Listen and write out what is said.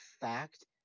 fact